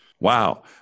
Wow